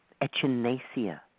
echinacea